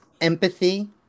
empathy